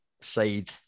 side